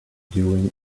doing